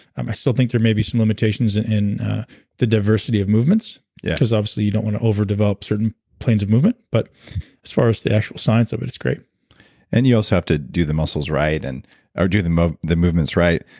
um i still think there may be some limitations in the diversity of movements yeah because obviously you don't want to overdevelop certain planes of movement, but as far as the actual science of it, it's great and you also have to do the muscles right, and or do the movements right.